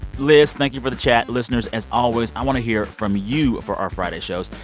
liz, thank you for the chat. listeners, as always, i want to hear from you for our friday shows.